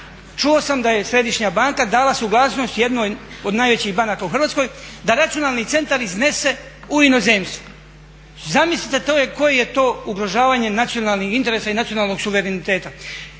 Čuo sam da je Središnja banka dala suglasnost jednoj od najvećih banaka u Hrvatskoj da računalni centar iznese u inozemstvo. Zamislite koji je to ugrožavanje nacionalnih interesa i nacionalnog suvereniteta?